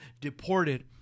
deported